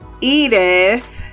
edith